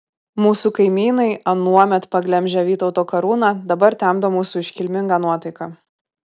mūsų kaimynai anuomet paglemžę vytauto karūną dabar temdo mūsų iškilmingą nuotaiką